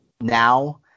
now